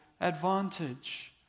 advantage